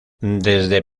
desde